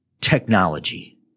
technology